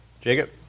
Jacob